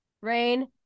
Rain